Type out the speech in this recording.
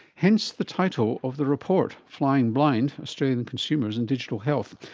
hence the title of the report, flying blind australian consumers and digital health.